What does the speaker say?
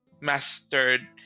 mastered